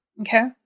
Okay